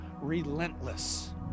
relentless